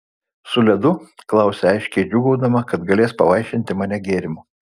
su ledu klausia aiškiai džiūgaudama kad galės pavaišinti mane gėrimu